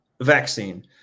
vaccine